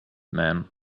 man